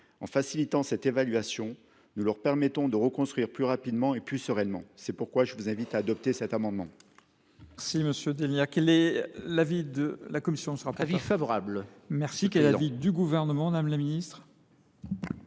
En facilitant cette évaluation, nous leur permettrons de reconstruire plus rapidement et plus sereinement. C’est pourquoi je vous invite à adopter cet amendement.